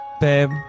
Babe